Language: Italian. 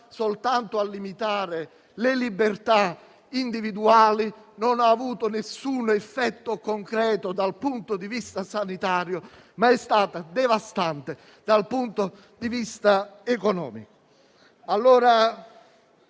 soltanto a limitare le libertà individuali. Non ha avuto alcun effetto concreto dal punto di vista sanitario, ma è stata devastante dal punto di vista economico.